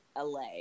LA